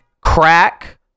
crack